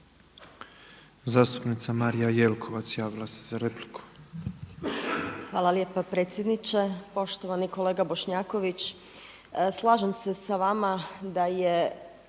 Zastupnica Marija Jelkovac javila se za repliku. **Jelkovac, Marija (HDZ)** Hvala lijepa predsjedniče. Poštovani kolega Bošnjaković. Slažem se sa vama da je